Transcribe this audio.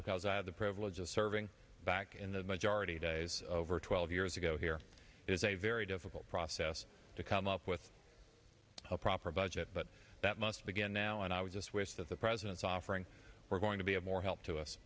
because i had the privilege of serving back in the majority days over twelve years ago here is a very difficult process to come up with a proper budget but that must begin now and i would just wish that the president's offering we're going to be of more help to us